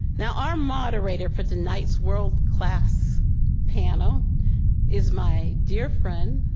now our moderator for tonight's world class panel is my dear friend,